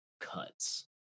cuts